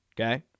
Okay